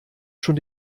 schon